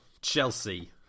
Chelsea